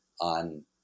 on